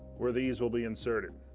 where these will be inserted.